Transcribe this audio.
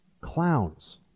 clowns